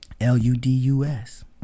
L-U-D-U-S